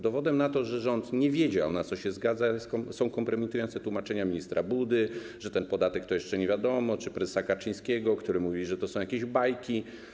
Dowodem na to, że rząd nie wiedział, na co się zgadza, są kompromitujące tłumaczenia ministra Budy, że z tym podatkiem to jeszcze nic nie wiadomo, czy prezesa Kaczyńskiego, który mówi, że to są jakieś bajki.